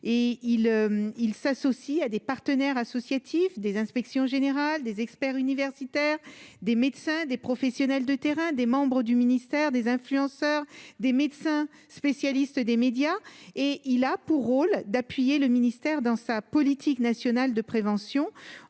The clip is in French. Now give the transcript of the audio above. il. S'associe à des partenaires associatifs des inspections générales des experts universitaires, des médecins, des professionnels de terrain, des membres du ministère des influenceurs, des médecins, spécialistes des médias et il a pour rôle d'appuyer le ministère dans sa politique nationale de prévention.